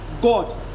God